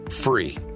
free